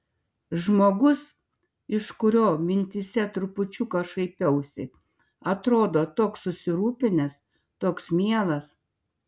žmogus iš kurio mintyse trupučiuką šaipiausi atrodo toks susirūpinęs toks mielas